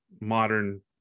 modern